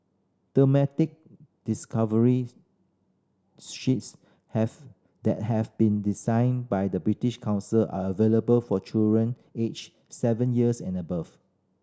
thematic discovery sheets have that have been designed by the British Council are available for children aged seven years and above